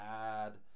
add